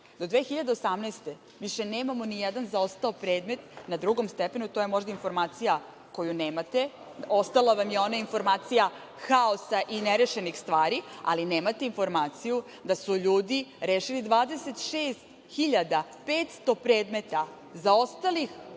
godine, više nemamo nijedan zaostao predmet na drugom stepenu i to je možda informacija koju nemate, ostala vam je ona informacija haosa i nerešenih stvari, ali nemate informaciju da su ljudi rešili 26.500 predmeta, zaostalih